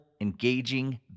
engaging